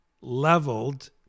leveled